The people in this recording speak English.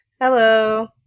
Hello